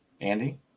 Andy